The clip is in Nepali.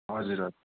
हजुर हजुर